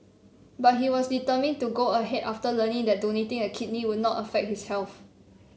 but he was determined to go ahead after learning that donating a kidney would not affect his health